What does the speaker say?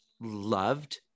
loved